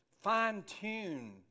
fine-tune